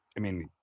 i mean,